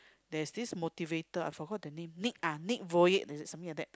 there's this motivator I forgot the name Nick ah Nick-Vujicic is it something like that